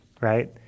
Right